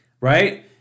Right